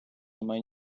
немає